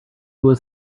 was